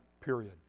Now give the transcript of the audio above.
period